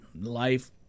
life